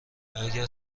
اگر